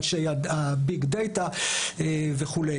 אנשי הביג דאטה וכו'.